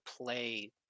play